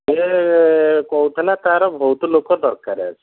ସିଏ କହୁଥିଲା ତା'ର ବହୁତ ଲୋକ ଦରକାର ଅଛି